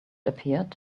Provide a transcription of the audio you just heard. appeared